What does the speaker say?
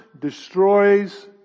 destroys